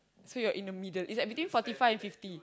so you are in the middle it's like between forty five and fifty